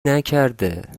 نکرده